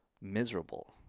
miserable